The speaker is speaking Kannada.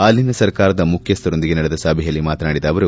ಅಲ್ಲಿನ ಸರ್ಕಾರದ ಮುಖ್ಯಸ್ಲರೊಂದಿಗೆ ನಡೆದ ಸಭೆಯಲ್ಲಿ ಮಾತನಾಡಿದ ಅವರು